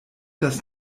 das